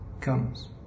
comes